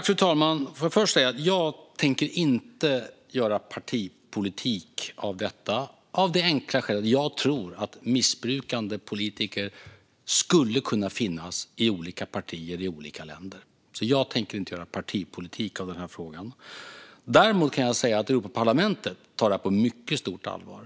Fru talman! Jag vill först säga att jag inte tänker göra partipolitik av detta, av det enkla skälet att jag tror att maktmissbrukande politiker skulle kunna finnas i olika partier i olika länder. Jag tänker därför inte göra partipolitik av den här frågan. Däremot kan jag säga att Europaparlamentet tar detta på mycket stort allvar.